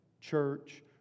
church